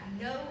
no